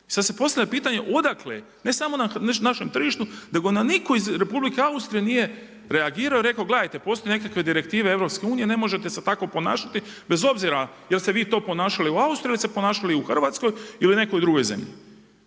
I sada se postavlja pitanje odakle ne samo na našem tržištu nego nam nitko iz Republike Austrije reagirao i rekao gledajte postoje nekakve direktive EU, ne možete se tako ponašati bez obzira je li se vi to ponašali u Austriji ili se ponašali u Hrvatskoj ili nekoj drugoj zemlji.